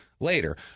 Later